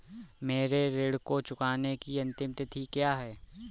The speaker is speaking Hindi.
मेरे ऋण को चुकाने की अंतिम तिथि क्या है?